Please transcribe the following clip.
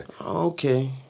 Okay